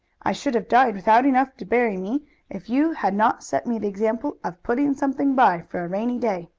i should have died without enough to bury me if you had not set me the example of putting something by for a rainy day.